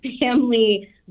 family